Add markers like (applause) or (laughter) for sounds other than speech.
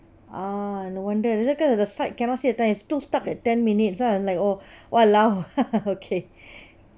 ah no wonder cause at the site cannot see the time is still stuck at ten minutes so I was like oh !walao! (laughs) okay